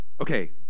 okay